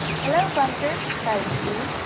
hello, bunker! cried sue,